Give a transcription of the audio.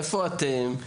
איפה אתם?